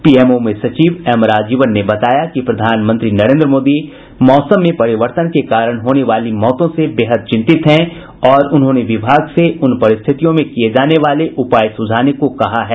PMO में सचिव M Rajeevan ने बताया कि प्रधानमंत्री नरेन्द्र मोदी मौसम में परिवर्तन के कारण होने वाली मौतों से बेहद चिंतित हैं और उन्होंने विभाग से उन परिस्थितियों में किये जाने वाले उपाय सुझाने को भी कहा है